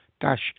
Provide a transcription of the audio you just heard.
dash